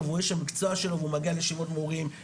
והוא איש המקצוע שלו והוא מגיע לישיבות מורים,